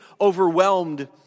overwhelmed